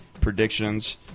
predictions